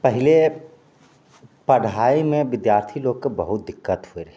पहिले पढ़ाइमे विद्यार्थी लोकके बहुत दिक्कत होइ रहै